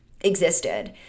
existed